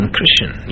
Christian